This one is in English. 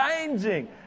changing